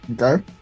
Okay